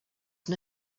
was